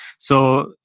so,